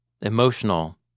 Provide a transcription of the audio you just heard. emotional